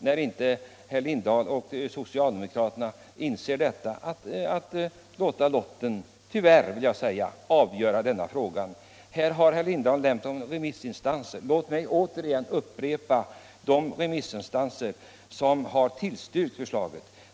Om inte herr Lindahl och socialdemokraterna inser detta, måste vi tyvärr låta lotten avgöra frågan. Herr Lindahl i Lidingö har nämnt remissinstanserna. Låt mig upprepa de remissinstanser som har tillstyrkt förslaget.